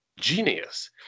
genius